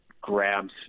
grabs